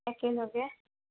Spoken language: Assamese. একেলগে